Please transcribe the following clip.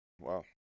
Wow